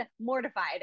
mortified